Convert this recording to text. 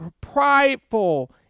prideful